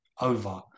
over